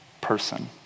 person